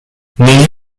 negli